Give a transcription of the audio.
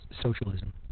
socialism